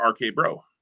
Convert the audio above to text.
RK-Bro